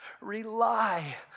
rely